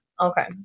Okay